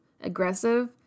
aggressive